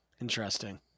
Interesting